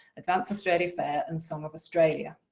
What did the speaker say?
advance australia fair and some of australia.